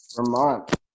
Vermont